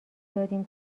دادیم